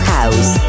House